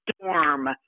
storm